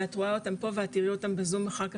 אבל את רואה אותם פה ואת תיראי אותם בזום אחר כך,